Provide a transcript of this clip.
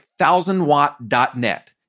thousandwatt.net